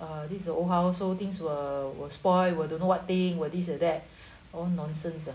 uh this the old house so things were were spoil were don't know what thing were this or that that [one] nonsense lah